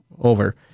over